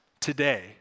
today